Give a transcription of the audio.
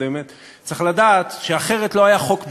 הקודמת צריך לדעת שאחרת לא היה חוק בכלל.